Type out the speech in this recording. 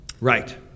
Right